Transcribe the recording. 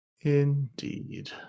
Indeed